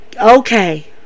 Okay